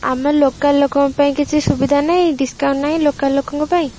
ଆମ ଲୋକାଲ୍ ଲୋକଙ୍କ ପାଇଁ କିଛି ସୁବିଧା ନାହିଁ ଡିସକାଉଣ୍ଟ ନାହିଁ ଲୋକାଲ୍ ଲୋକଙ୍କ ପାଇଁ